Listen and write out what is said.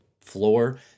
floor